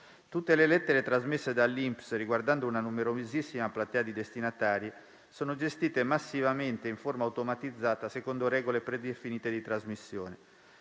Tutte le lettere trasmesse dall'INPS riguardanti una numerosissima platea di destinatari sono gestite massivamente in forma automatizzata secondo regole predefinite di trasmissione.